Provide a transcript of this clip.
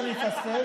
לבנק.